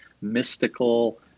mystical